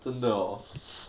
真的 hor